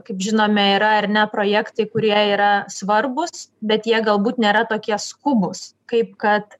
kaip žinome yra ar ne projektai kurie yra svarbūs bet jie galbūt nėra tokie skubūs kaip kad